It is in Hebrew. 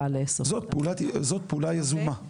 זאת פעולה יזומה.